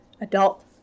adult